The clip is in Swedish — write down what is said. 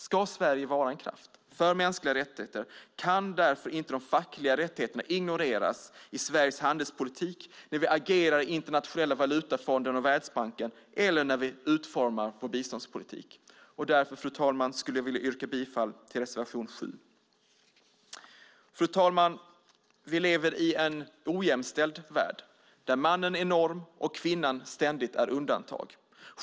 Ska Sverige vara en kraft för mänskliga rättigheterna kan därför inte de fackliga rättigheterna ignoreras i Sveriges handelspolitik, när vi agerar i Internationella valutafonden och Världsbanken eller när vi utformar vår biståndspolitik. Därför, fru talman, vill jag yrka bifall till reservation 7. Fru talman! Vi lever i ojämställd värld där mannen är norm och kvinnan ständigt är undantaget.